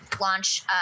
launch